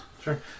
Sure